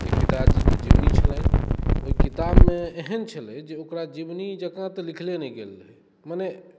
के पिताजी के जिबनी छलनि ओहि किताब मे एहन छलै जे ओकरा जिबनी जकाॅं तऽ लिखले नहि गेल रहै मने